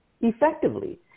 effectively